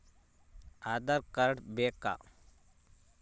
Aadhaar card ಬೇಕಾ?